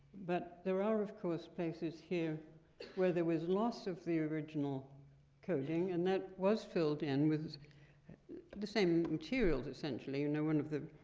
but there are, of course, places here where there was loss of the original coating, and that was filled filled in with the same materials essentially. you know one of the